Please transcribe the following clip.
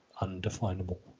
undefinable